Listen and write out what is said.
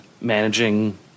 managing